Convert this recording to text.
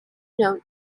known